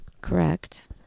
Correct